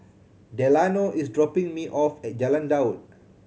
Delano is dropping me off at Jalan Daud